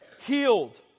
Healed